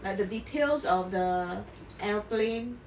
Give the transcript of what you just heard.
at the details of the aeroplane